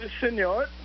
señor